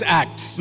acts